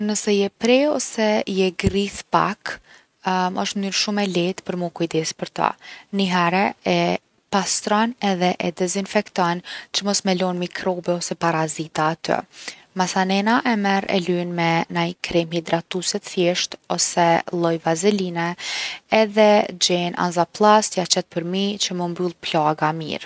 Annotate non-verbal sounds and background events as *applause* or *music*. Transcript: Nëse je pre ose je grrith pak *hesitation* osht mnyrë shumë e leht për mu kujdes për to. Nihere e pastron edhe e dezinfekton që mos me lon microbe ose parazita aty. Masanena e merr e lyn me naj kremë hidratuse t’thjeshtë ose lloj vazeline edhe gjen anzapllast, ja qet përmi që mu mbyll plaga mirë.